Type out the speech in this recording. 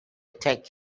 take